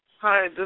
Hi